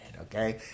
Okay